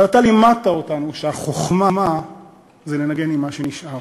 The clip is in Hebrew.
אבל אתה לימדת אותנו שהחוכמה היא לנגן עם מה שנשאר.